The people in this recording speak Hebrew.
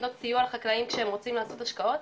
נותנות סיוע לחקלאים כשהם רוצים לעשות השקעות.